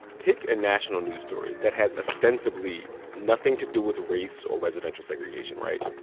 pick a national news story that has ostensibly nothing to do with race or residential segregation, right?